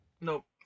nope